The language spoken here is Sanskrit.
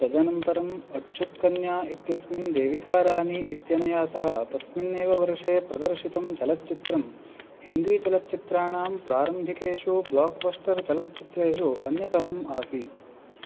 तदनन्तरम् अच्छुत् कन्या इत्यस्मिन् देविका रानी इत्यनया सह तस्मिन्नेव वर्षे प्रदर्शितं चलच्चित्रं हिन्दीचलच्चित्राणां प्रारम्भिकेषु ब्लोक्बस्टर् चलच्चित्रेषु अन्यतमम् आसीत्